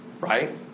right